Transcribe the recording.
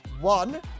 one